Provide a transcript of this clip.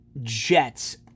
Jets